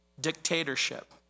dictatorship